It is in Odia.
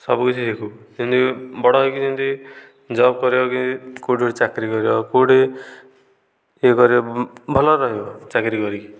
ସବୁକିଛି ଶିଖୁ ଯେମିତି ବଡ଼ ହୋଇକି ଯେମିତି ଜବ୍ କରିବ କି କେଉଁଠି ଗୋଟିଏ ଚାକିରୀ କରିବ କେଉଁଠି ଇଏ କରିବ ଭଲରେ ରହିବ ଚାକିରୀ କରି